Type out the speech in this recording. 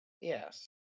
Yes